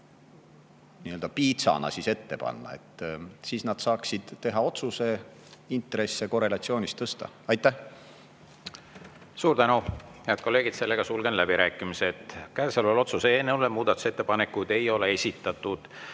piitsana ette panna. Siis nad saaksid teha otsuse intresse korrelatsioonis tõsta. Aitäh! Suur tänu! Head kolleegid, sulgen läbirääkimised. Käesoleva otsuse eelnõu kohta muudatusettepanekuid ei ole esitatud.